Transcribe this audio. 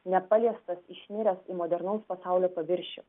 nepaliestas išniręs modernaus pasaulio paviršių